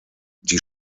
die